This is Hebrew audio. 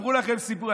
יספרו לכם סיפורים.